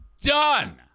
done